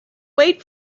wait